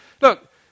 Look